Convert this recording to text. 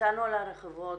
יצאנו לרחובות,